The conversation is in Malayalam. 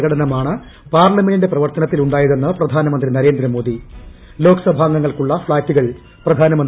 പ്രകടനമാണ് പാർലമെന്റിന്റെ പ്രവർത്തനത്തിലുണ്ടായതെന്ന് പ്രധാനമന്ത്രി നരേന്ദ്രമോദി ലോക്സഭാംഗ്യങ്ങൾക്കുള്ള ഫ്ളാറ്റുകൾ പ്രധാനമന്ത്രി ഉള്ള്ലാടനം ചെയ്തു